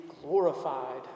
glorified